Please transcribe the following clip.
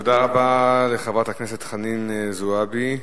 תודה רבה לחברת הכנסת חנין זועבי.